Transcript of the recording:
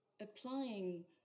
applying